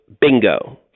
bingo